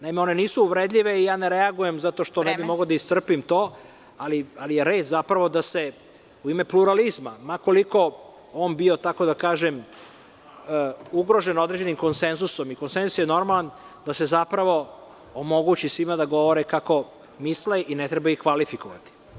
Naime, one nisu uvredljive i ne reagujem zato što ne bih mogao da istrpim to, ali je red da su u ime pluralizma, ma koliko on bio ugrožen određenim konsenzusom i konsenzus je normalan da se omogući svima da govore kako misle i ne treba ih kvalifikovati.